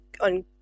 on